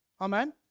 Amen